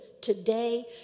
today